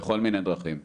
בכל מיני דרכים אגב.